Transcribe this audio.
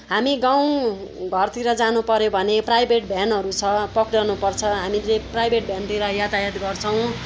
हामी गाउँ घरतिर जानुपर्यो भने प्राइभेट भ्यानहरू छ पक्रनुपर्छ हामीले प्राइभेट भ्यानतिर यातायात गर्छौँ